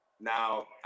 Now